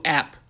app